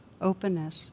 openness